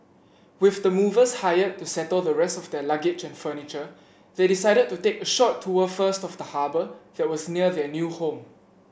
with the movers hired to settle the rest of their luggage and furniture they decided to take a short tour first of the harbour that was near their new home